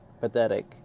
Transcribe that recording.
pathetic